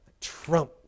trump